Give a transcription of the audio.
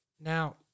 Now